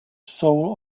soul